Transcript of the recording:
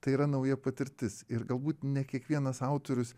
tai yra nauja patirtis ir galbūt ne kiekvienas autorius